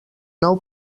nou